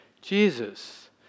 Jesus